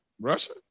Russia